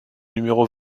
numéro